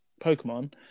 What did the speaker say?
Pokemon